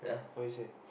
what you say